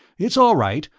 it's all right,